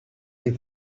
des